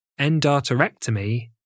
Endarterectomy